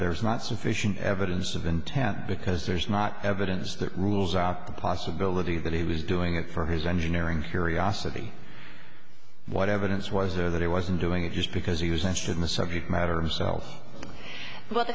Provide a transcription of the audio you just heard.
there's not sufficient evidence of intent because there's not evidence that rules out the possibility that he was doing it for his engineering curiosity what evidence was there that he wasn't doing it just because he was asked in the subject matter